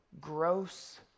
gross